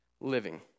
living